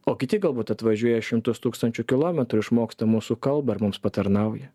o kiti galbūt atvažiuoja šimtus tūkstančių kilometrų išmoksta mūsų kalbą ir mums patarnauja